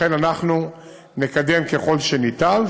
לכן, אנחנו נקדם ככל שניתן.